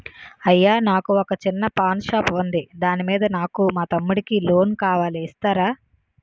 అయ్యా నాకు వొక చిన్న పాన్ షాప్ ఉంది దాని మీద నాకు మా తమ్ముడి కి లోన్ కావాలి ఇస్తారా?